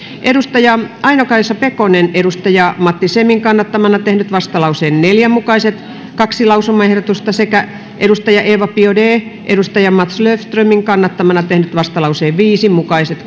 aino kaisa pekonen matti semin kannattamana vastalauseen neljä mukaiset kaksi lausumaehdotusta sekä eva biaudet mats löfströmin kannattamana vastalauseen viisi mukaiset